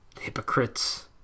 hypocrites